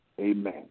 amen